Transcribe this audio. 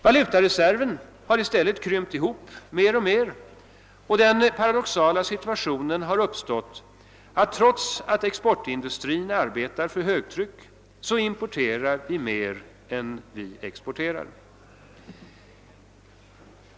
Valutareserven har i stället krympt ihop mer och mer, och den paradoxala situationen har uppstått, att vi trots att exportindustrin arbetar för högtryck, importerar mer än vi exporterar.